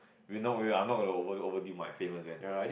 you not worry I'm not going to over overdue my payments man